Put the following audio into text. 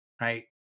right